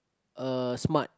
a smart